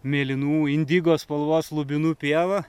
mėlynų indigo spalvos lubinų pieva